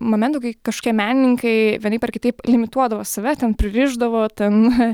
momentų kai kažkokie menininkai vienaip ar kitaip limituodavo save ten pririšdavo ten